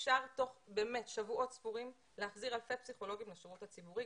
אפשר תוך שבועות ספורים להחזיר אלפי פסיכולוגים לשירות הציבורי,